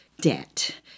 debt